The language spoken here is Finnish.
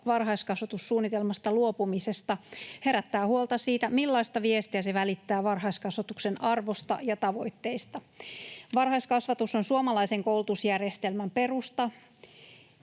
varhaiskasvatussuunnitelmasta luopumisesta herättää huolta siitä, millaista viestiä se välittää varhaiskasvatuksen arvosta ja tavoitteista. Varhaiskasvatus on suomalaisen koulutusjärjestelmän perusta,